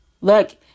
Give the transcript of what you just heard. look